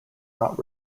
not